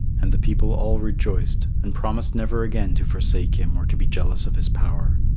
and the people all rejoiced and promised never again to forsake him or to be jealous of his power.